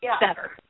better